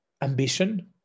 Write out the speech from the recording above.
ambition